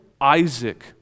Isaac